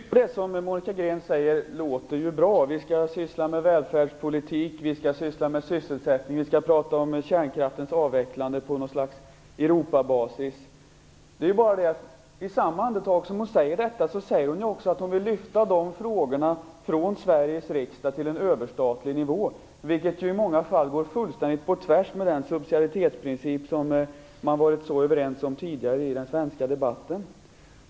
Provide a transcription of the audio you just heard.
Herr talman! Mycket av det som Monica Green säger låter bra. Vi skall alltså syssla med välfärdspolitik och sysselsättning, och vi skall prata om kärnkraftens avveckling på ett slags Europabasis. Men i samma andetag som Monica Green säger detta säger hon att hon vill lyfta de frågorna från Sveriges riksdag till en överstatlig nivå, något som i många fall går fullständigt på tvärs med den subsidiaritetsprincip som man varit så överens om tidigare i den svenska debatten.